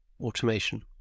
automation